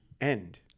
end